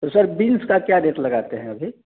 तो sir beans का क्या रेट लगाते हैं अभी